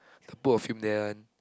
couple of him there one